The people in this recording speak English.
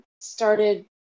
started